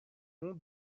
nom